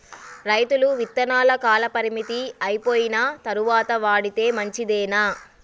రైతులు విత్తనాల కాలపరిమితి అయిపోయిన తరువాత వాడితే మంచిదేనా?